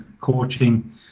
coaching